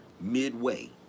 midway